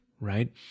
right